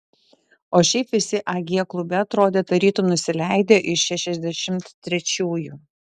o šiaip visi ag klube atrodė tarytum nusileidę iš šešiasdešimt trečiųjų